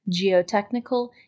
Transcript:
geotechnical